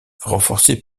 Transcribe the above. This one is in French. renforcées